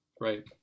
Right